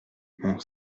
mon